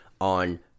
on